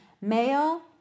Male